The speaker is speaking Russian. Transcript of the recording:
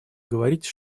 говорить